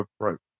approach